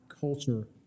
culture